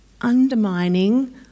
undermining